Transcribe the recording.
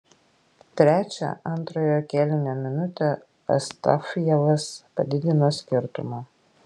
trečią antrojo kėlinio minutę astafjevas padidino skirtumą